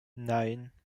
nein